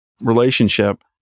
relationship